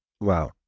Wow